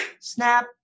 snap